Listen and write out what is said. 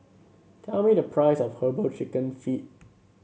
tell me the price of herbal chicken feet